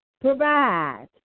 provide